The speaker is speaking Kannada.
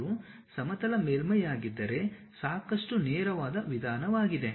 ಅದು ಸಮತಲ ಮೇಲ್ಮೈಯಾಗಿದ್ದರೆ ಸಾಕಷ್ಟು ನೇರವಾದ ವಿಧಾನವಾಗಿದೆ